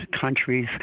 countries